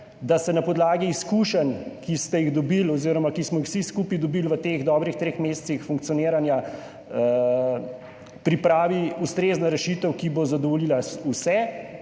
da se na podlagi izkušenj, ki ste jih dobili oziroma ki smo jih vsi skupaj dobili v teh dobrih treh mesecih funkcioniranja, pripravi ustrezna rešitev, ki bo zadovoljila vse